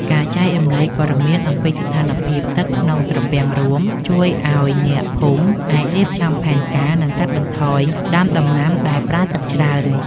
ការចែករំលែកព័ត៌មានអំពីស្ថានភាពទឹកក្នុងត្រពាំងរួមជួយឱ្យអ្នកភូមិអាចរៀបចំផែនការ និងកាត់បន្ថយដាំដំណាំដែលប្រើទឹកច្រើន។